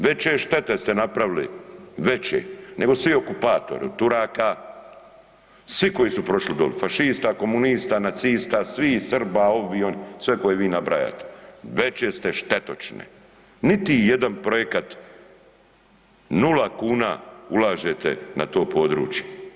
Veće štete ste napravili, veće nego svi okupatori od Turaka, svi koji su prošli doli, fašista, komunista, nacista, svih Srba, ovih, oni, sve koje vi nabrajate, veće ste štetočine, niti jedan projekat, nula kuna ulažete na to područje.